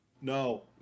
No